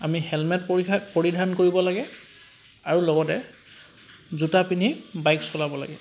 আমি হেলমেট পৰিধা পৰিধান কৰিব লাগে আৰু লগতে জোতা পিন্ধি বাইক চলাব লাগে